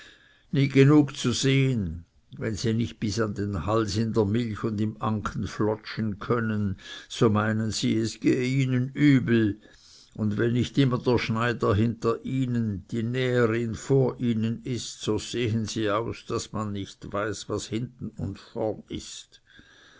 nie genug zu sehen wenn sie nicht bis an den hals in der milch und im anken flotschen können so meinen sie es gehe ihnen übel und wenn nicht immer der schneider hinter ihnen die näherin vor ihnen ist so sehen sie aus daß man nicht weiß was hinten und vornen ist